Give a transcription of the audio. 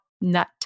nut